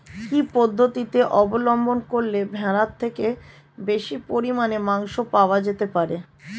কি পদ্ধতিতে অবলম্বন করলে ভেড়ার থেকে বেশি পরিমাণে মাংস পাওয়া যেতে পারে?